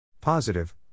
positive